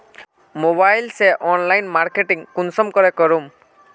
Mobile से online marketing कुंसम के करूम?